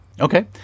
Okay